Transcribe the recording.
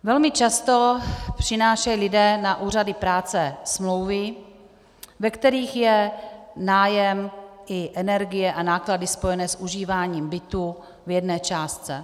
Velmi často přinášejí lidé na úřady práce smlouvy, ve kterých je nájem i energie a náklady spojené s užíváním bytu v jedné částce.